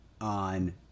on